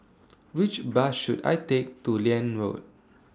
Which Bus should I Take to Liane Road